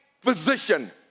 physician